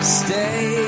stay